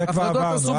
זה כבר עברנו.